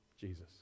Jesus